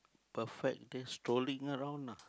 perfect date strolling around lah